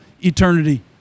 eternity